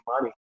money